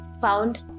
found